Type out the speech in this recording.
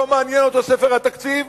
לא מעניין אותו ספר התקציב,